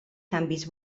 canvis